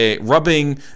rubbing